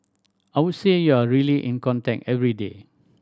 I would say you are really in contact every day